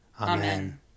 Amen